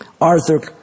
Arthur